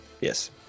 Yes